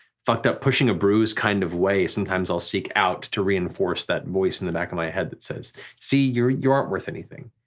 fucked up, pushing a bruise kind of way, sometimes i'll seek out to reinforce that voice in the back of my head that says see, you aren't worth anything.